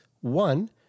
one